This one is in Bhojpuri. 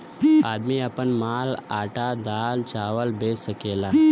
आदमी आपन माल आटा दाल चावल बेच सकेला